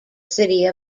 city